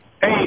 Hey